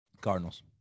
Cardinals